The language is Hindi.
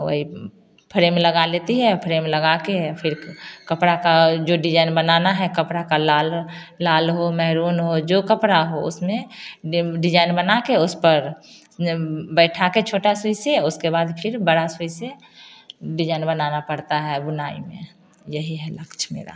वही फ्रेम लगा लेती है फ्रेम लगा के फिर कपड़ा का जो डिजाईन बनाना है कपड़ा का लाल लाल हो मैरून हो जो कपड़ा हो उसमें डेम डिजाईन बना के उस पर जब बैठा के छोटा सुई से उसके बाद फिर बड़ा सुई से डिजाईन बनाना पड़ता है बुनाई में यही है लक्ष्य मेरा